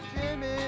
Jimmy